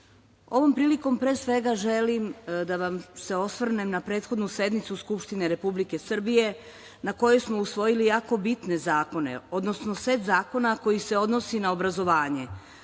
ovom prilikom pre svega želim da se osvrnem na prethodnu sednicu Skupštine Republike Srbije na kojoj smo usvojili jako bitne zakone, odnosno set zakona koji se odnosi na obrazovanje,